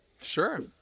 Sure